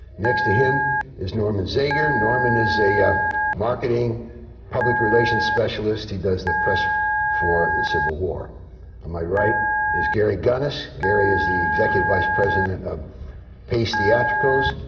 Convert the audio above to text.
next to him is norman zagier. norman is a ah marketing public relations specialist. he does the press for the civil war. on my right is gary gunas. gary is the executive vice president of pace theatricals.